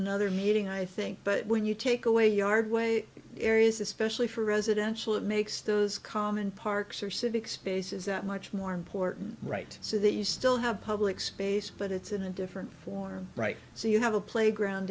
another meeting i think but when you take away yard way areas especially for residential it makes those common parks or civic spaces that much more important right so that you still have public space but it's in a different form right so you have a playground